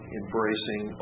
embracing